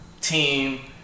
team